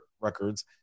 records